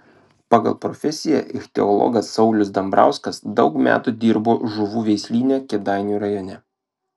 pagal profesiją ichtiologas saulius dambrauskas daug metų dirbo žuvų veislyne kėdainių rajone